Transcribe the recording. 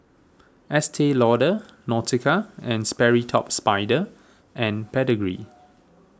Estee Lauder Nautica and Sperry Top Sider and Pedigree